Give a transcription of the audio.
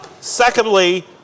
Secondly